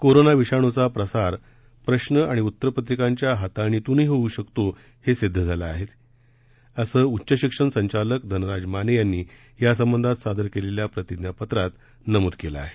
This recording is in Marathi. कोरोना विषाणूचा प्रसार प्रश्न आणि उत्तरपत्रिकांच्या हाताळणीतूनही होऊ शकतो हे सिद्ध झालं आहे असल्याचं उच्च शिक्षण संचालक धनराज माने यांनी या संबंधात सादर केलेल्या प्रतिज्ञा पत्रात नमूद करण्यात आलं आहे